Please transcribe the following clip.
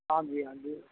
ਹਾਂਜੀ ਹਾਂਜੀ